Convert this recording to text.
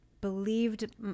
believed